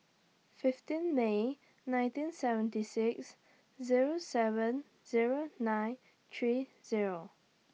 fifteen May nineteen seventy six Zero seven Zero nine three Zero